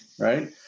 right